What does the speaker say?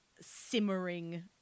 simmering